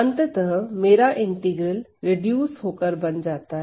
अंततः मेरा integral reduce होकर बन जाता है